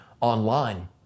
online